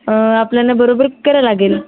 आपल्यांना बरोबर करावे लागेल